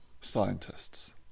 scientists